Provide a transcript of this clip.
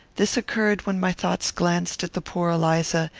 this occurred when my thoughts glanced at the poor eliza,